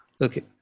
Okay